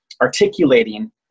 articulating